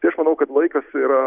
tai aš manau kad laikas yra